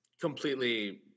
completely